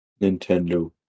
Nintendo